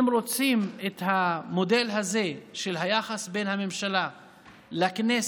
אם רוצים להעתיק את המודל הזה של היחס בין הממשלה לכנסת,